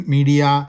Media